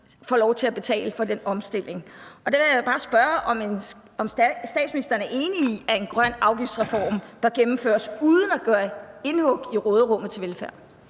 får lov til at betale for den omstilling. Der vil jeg bare spørge, om statsministeren er enig i, at en grøn afgiftsreform bør gennemføres uden at gøre indhug i råderummet til velfærd.